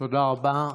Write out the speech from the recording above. תודה רבה.